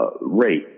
rate